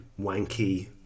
wanky